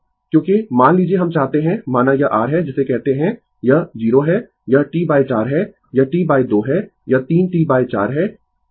Refer Slide Time 1606 क्योंकि मान लीजिए हम चाहते है माना यह r है जिसे कहते है यह 0 है यह T 4 है यह T 2 है यह 3 T 4 है और यह T है